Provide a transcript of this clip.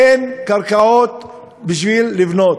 אין קרקעות בשביל לבנות.